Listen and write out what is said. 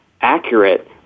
accurate